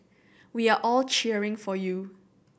we are all cheering for you